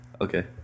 Okay